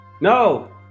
No